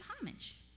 homage